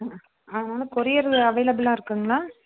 அதனால் கொரியர் அவைளபுலாக இருக்குதுங்களா